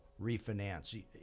refinance